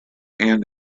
and